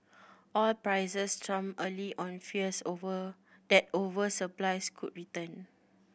oil prices tumbled early on fears over that oversupplies could return